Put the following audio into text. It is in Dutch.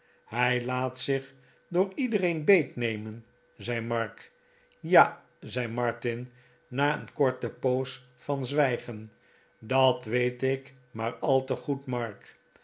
hij laat zich door iedereen beetnemen zei mark ja zei martin na een korte poos van zwijgen dat weet ik maar al te goed mark